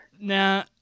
Now